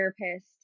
therapist